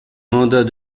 mandat